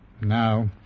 Now